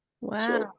wow